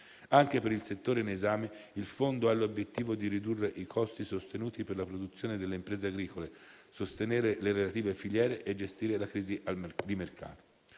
Anche per il settore in esame il Fondo ha l'obiettivo di ridurre i costi sostenuti per la produzione delle imprese agricole, sostenere le relative filiere e gestire la crisi di mercato.